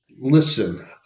listen